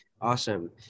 Awesome